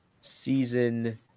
season